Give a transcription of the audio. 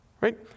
Right